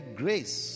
grace